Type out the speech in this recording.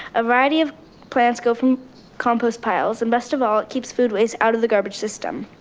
a variety of plants go from compost piles and best of all, it keeps food waste out of the garbage system.